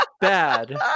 Bad